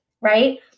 Right